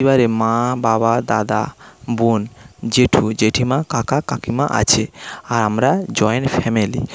পরিবারে মা বাবা দাদা বোন জেঠু জেঠিমা কাকা কাকিমা আছে আর আমরা জয়েন্ট ফ্যামিলি